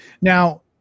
Now